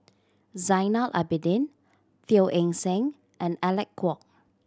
Zainal Abidin Teo Eng Seng and Alec Kuok